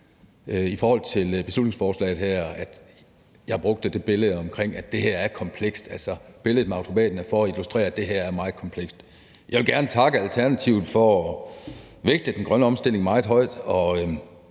i forhold til beslutningsforslaget her, at jeg brugte det billede af, at det her er komplekst. Billedet med automaten er for at illustrere, at det her er meget komplekst. Jeg vil gerne takke Alternativet for at vægte den grønne omstilling meget højt